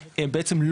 בעצם,